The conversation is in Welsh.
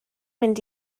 mynd